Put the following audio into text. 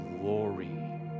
glory